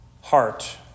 heart